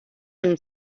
him